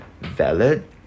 valid